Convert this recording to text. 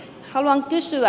haluan kysyä